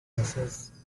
buses